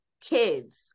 kids